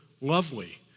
lovely